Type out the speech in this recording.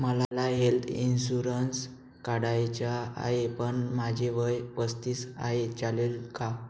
मला health insurance काढायचा आहे पण माझे वय पस्तीस आहे, चालेल का?